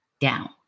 down